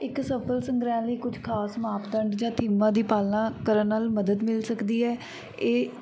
ਇੱਕ ਸਫਲ ਸੰਗ੍ਰਹਿ ਲਈ ਕੁਝ ਖਾਸ ਮਾਪਦੰਡ ਜਾਂ ਥੀਮਾਂ ਦੀ ਪਾਲਣਾ ਕਰਨ ਨਾਲ ਮਦਦ ਮਿਲ ਸਕਦੀ ਹੈ ਇਹ